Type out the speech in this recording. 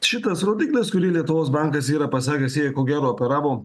šitas rodiklis kurį lietuvos bankas yra pasakęs ko gero operavo